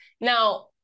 Now